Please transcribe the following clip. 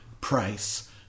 price